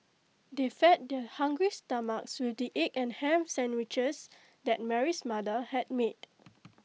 they fed their hungry stomachs with the egg and Ham Sandwiches that Mary's mother had made